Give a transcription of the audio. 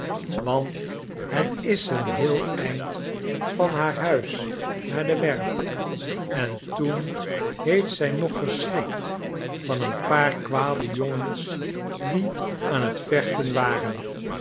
want hetis een heel eind van haar huis naar de werf en toen heeft zij nog geschrikt van een paar kwade jongens die aan het vechten waren